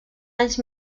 anys